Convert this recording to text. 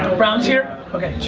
brown's here? okay.